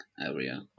area